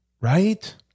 right